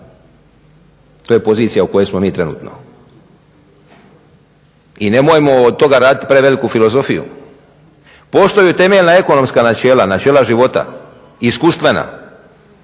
to je pozicija u kojoj smo mi trenutno. I nemojmo od toga raditi preveliku filozofiju. Postoje temeljna ekonomska načela, načela života, iskustvena